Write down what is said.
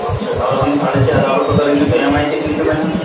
اچھا اگر ہم ساڑھے چھ ہزار روپئے کریں گے تو ایم آئی کتنے کی بنے گی